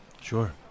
sure